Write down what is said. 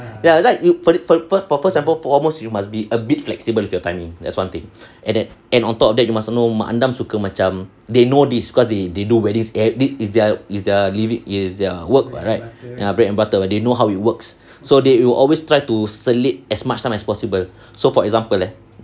ya like you for the purpose for all those you must be a bit flexible with your timing that's one thing and then and on top of that you must know mak andam suka macam they know this cause they they do weddings is their is their living is their work right ya bread and butter they know how it works so they will always try to selit as much time as possible so for example